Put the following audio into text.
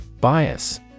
Bias